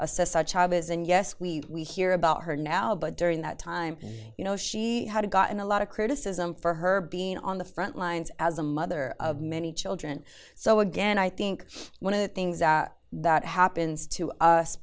a such obvious and yes we we hear about her now but during that time you know she had gotten a lot of criticism for her being on the front lines as a mother of many children so again i think one of the things that happens to